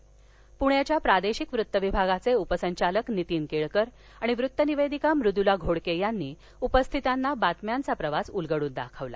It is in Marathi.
पृण्याच्या प्रादेशिक वृत्त विभागाचे उपसंचालक नीतीन केळकर आणि वृत्त निवेदिका मुदुला घोडके यांनी उपस्थितांना बातम्यांचा प्रवास उलगडून दाखवला